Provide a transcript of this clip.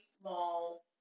small